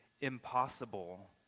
impossible